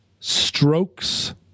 Strokes